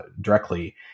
directly